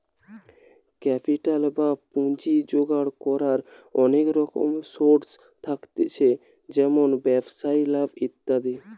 capital বা পুঁজি জোগাড় কোরার অনেক রকম সোর্স থাকছে যেমন ব্যবসায় লাভ ইত্যাদি